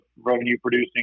revenue-producing